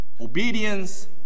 obedience